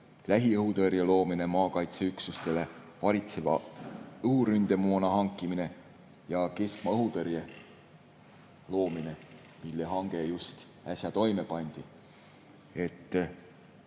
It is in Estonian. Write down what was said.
lähiõhutõrje loomine maakaitseüksustele, varitseva õhuründemoona hankimine ja keskmaa õhutõrje loomine, mille hange äsja [korraldati].